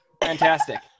Fantastic